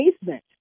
basement